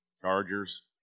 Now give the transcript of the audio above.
Chargers